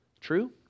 True